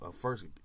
first